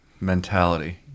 mentality